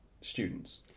students